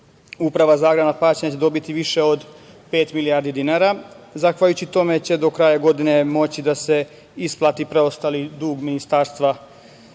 Uprava za agrarna plaćanja će dobiti više od pet milijardi dinara, zahvaljujući čemu će do kraja godine moći da se isplati preostali dug Ministarstva